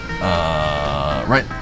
Right